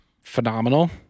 Phenomenal